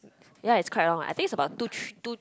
ya it's quite long I think it's about two three two